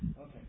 Okay